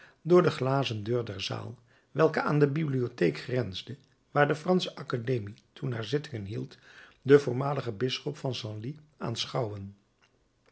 door de glazendeur der zaal welke aan de bibliotheek grensde waar de fransche academie toen haar zittingen hield den voormaligen bisschop van senlis aanschouwen